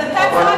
אבל בינתיים זה רק